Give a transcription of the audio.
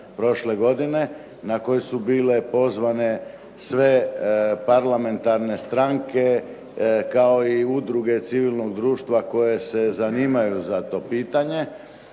na koji su bile pozvane sve parlamentarne stranke kao i udruge civilnog društva koje se zanimaju za to pitanje,